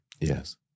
Yes